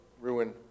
ruin